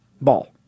ball